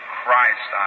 Christ